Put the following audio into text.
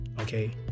Okay